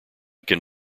can